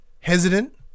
Hesitant